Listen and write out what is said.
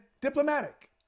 diplomatic